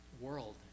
world